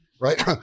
right